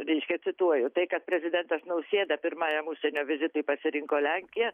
reiškia cituoju tai kad prezidentas nausėda pirmajam užsienio vizitui pasirinko lenkiją